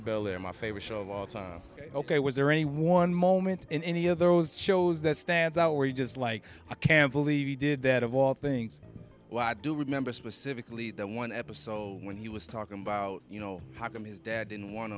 bel air my favorite show of all time ok was there any one moment in any of those shows that stands out where you just like i can't believe you did that of all things well i do remember specifically that one episode when he was talking about you know how come his dad didn't want